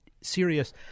serious